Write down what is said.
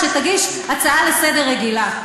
אז שתגיש הצעה רגילה לסדר-היום.